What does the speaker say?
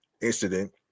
incident